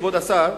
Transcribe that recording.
כבוד השר,